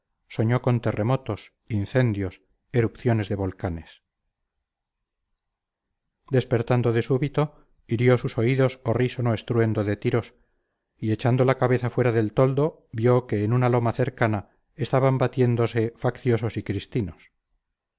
soñó con terremotos incendios erupciones de volcanes despertando de súbito hirió sus oídos horrísono estruendo de tiros y echando la cabeza fuera del toldo vio que en una loma cercana estaban batiéndose facciosos y cristinos